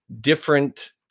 different